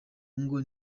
ngo